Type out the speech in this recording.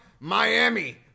Miami